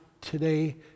today